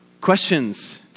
Questions